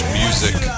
music